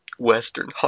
Western